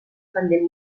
pendent